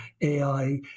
AI